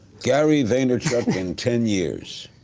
gary vaynerchuk in ten years?